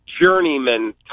journeyman